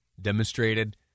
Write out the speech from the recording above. demonstrated